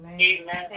Amen